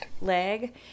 leg